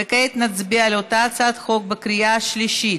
כעת נצביע על אותה הצעת חוק בקריאה שלישית.